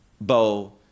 bow